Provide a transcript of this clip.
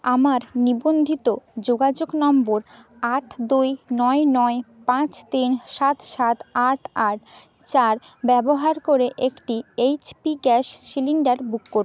আমার নিবন্ধিত যোগাযোগ নম্বর আট দুই নয় নয় পাঁচ তিন সাত সাত আট আট চার ব্যবহার করে একটি এইচপি গ্যাস সিলিণ্ডার বুক করুন